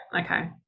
Okay